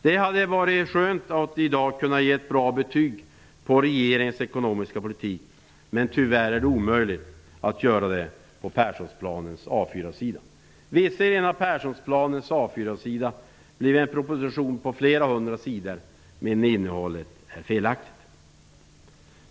Det hade varit skönt att i dag kunna ge regeringens ekonomiska politik ett bra betyg. Tyvärr är det omöjligt att göra det när det gäller Perssonplanens A 4 sida. Visserligen har Perssonplanens A 4-sida blivit en proposition på flera hundra sidor. Men innehållet är felaktigt.